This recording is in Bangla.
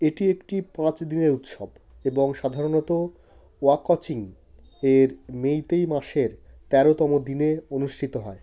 এটি একটি পাঁচ দিনের উৎসব এবং সাধারণত ওয়াকচিং এর মেইতেই মাসের তেরোতম দিনে অনুষ্ঠিত হয়